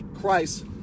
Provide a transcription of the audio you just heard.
Christ